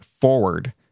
forward